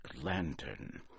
lantern